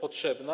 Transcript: potrzebna.